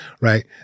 right